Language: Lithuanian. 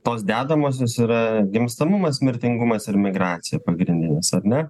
tos dedamosios yra gimstamumas mirtingumas ir migracija pagrindinės ar ne